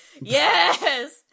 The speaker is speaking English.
Yes